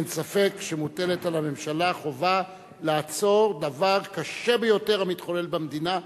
אין ספק שמוטלת על הממשלה חובה לעצור דבר קשה ביותר המתחולל במדינה.